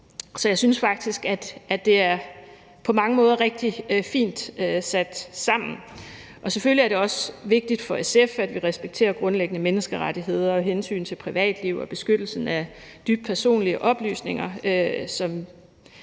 Så jeg synes faktisk, at det på mange måder er rigtig fint sat sammen. Selvfølgelig er det også vigtigt for SF, at vi respekterer grundlæggende menneskerettigheder og hensynet til privatliv og beskyttelsen af dybt personlige oplysninger, som